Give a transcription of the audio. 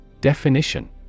Definition